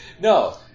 No